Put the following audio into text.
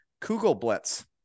Kugelblitz